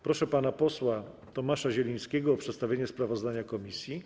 Proszę pana posła Tomasza Zielińskiego o przedstawienie sprawozdania komisji.